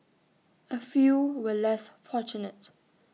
A few were less fortunate